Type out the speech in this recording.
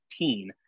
15